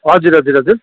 हजुर हजुर हजुर